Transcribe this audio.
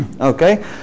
Okay